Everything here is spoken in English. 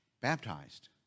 baptized